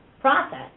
process